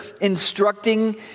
instructing